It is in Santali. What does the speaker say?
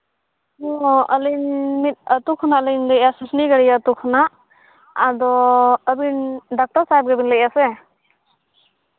ᱚ ᱟᱹᱞᱤᱧ ᱢᱤᱫ ᱟᱛᱳ ᱠᱷᱚᱱᱟᱜ ᱞᱤᱧ ᱞᱟᱹᱭᱮᱜᱼᱟ ᱥᱩᱥᱱᱤᱜᱟᱹᱲᱭᱟᱹ ᱟᱛᱳ ᱠᱷᱚᱱᱟᱜ ᱟᱫᱚ ᱟᱹᱵᱤᱱ ᱰᱟᱠᱴᱚᱨ ᱥᱟᱦᱮᱵᱽ ᱜᱮᱵᱤᱱ ᱞᱟᱹᱭᱮᱜᱼᱟ ᱥᱮ